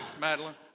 Madeline